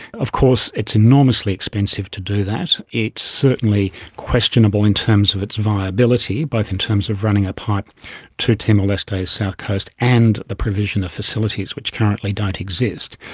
of course it's enormously expensive to do that. it's certainly questionable in terms of its viability, both in terms of running a pipe to timor-leste's south coast and the provision of facilities which currently don't exist.